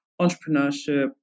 entrepreneurship